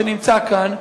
שנמצא כאן,